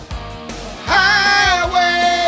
Highway